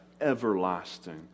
everlasting